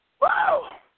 Wow